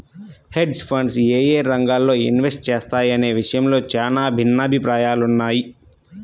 hedge funds యేయే రంగాల్లో invest చేస్తాయనే విషయంలో చానా భిన్నాభిప్రాయాలున్నయ్